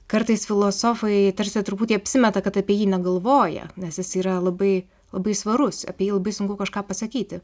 kartais filosofai tarsi truputį apsimeta kad apie jį negalvoja nes jis yra labai labai svarus apie jį labai sunku kažką pasakyti